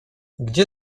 gdzie